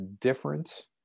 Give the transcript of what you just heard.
different